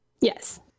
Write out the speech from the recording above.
Yes